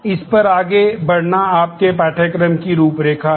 इस पर आगे बढ़ना आपके पाठ्यक्रम की रूपरेखा है